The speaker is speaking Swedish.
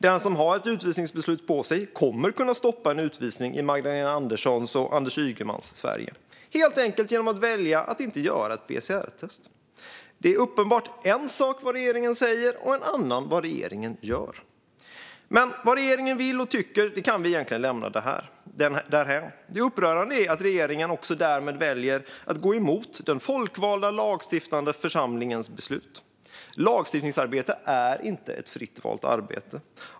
Den som har fått ett utvisningsbeslut kommer att kunna stoppa en utvisning i Magdalena Anderssons och Anders Ygemans Sverige, helt enkelt genom att välja att inte göra ett PCR-test. Det är uppenbarligen en sak vad regeringen säger och en annan sak vad den gör. Men vad regeringen vill och tycker kan vi egentligen lämna därhän. Det upprörande är att regeringen därmed också väljer att gå emot den folkvalda lagstiftande församlingens beslut. Lagstiftningsarbete är inte fritt valt arbete.